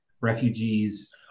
refugees